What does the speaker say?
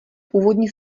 původní